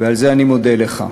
ועל זה אני מודה לך.